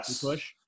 push